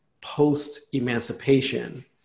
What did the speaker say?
post-emancipation